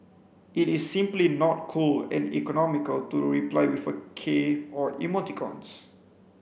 it is simply not cool and economical to reply with a k or emoticons